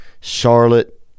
Charlotte